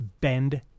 bend